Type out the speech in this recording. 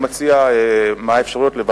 מה האפשרויות, לוועדה?